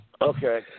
Okay